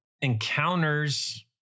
encounters